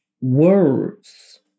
words